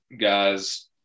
guys